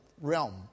realm